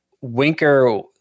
Winker